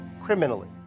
criminally